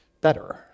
better